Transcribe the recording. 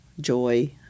joy